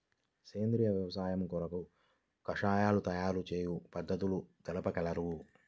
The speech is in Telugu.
సేంద్రియ వ్యవసాయము కొరకు కషాయాల తయారు చేయు పద్ధతులు తెలుపగలరు?